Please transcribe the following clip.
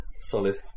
solid